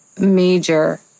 major